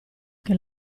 che